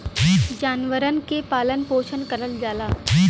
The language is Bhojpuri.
जानवरन के पालन पोसन करल जाला